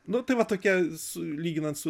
nu tai va tokia su lyginant su